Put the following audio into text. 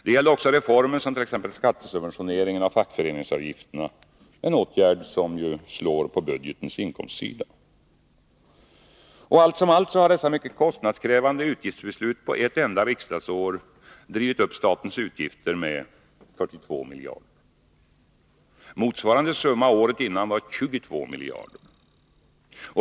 Det gällde också reformer som skattesubventioneringen av fackföreningsavgifterna, en åtgärd som slår på budgetens inkomstsida. Allt som allt har dessa mycket kostnadskrävande utgiftsbeslut på ett enda riksdagsår drivit upp statens utgifter med 42 miljarder kronor. Motsvarande summa året innan var 22 miljarder.